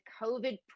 COVID